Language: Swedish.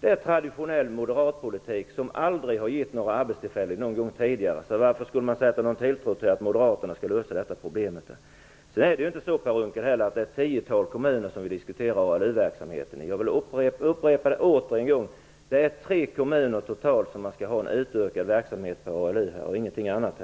Det är traditionell moderatpolitik som aldrig någon gång tidigare har gett några arbetstillfällen, så varför skall man sätta någon tilltro till att Moderaterna skall lösa detta problem? Det är inte heller något tiotal kommuner som vi diskuterar när det gäller ALU verksamheten, Per Unckel. Jag vill återigen upprepa: Det är totalt tre kommuner som skall ha en utökad verksamhet med ALU och ingenting annat.